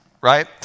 right